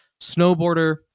snowboarder